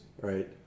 right